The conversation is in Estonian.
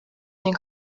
ning